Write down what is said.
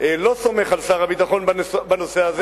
לא סומך על שר הביטחון בנושא הזה,